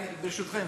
ברשותכם,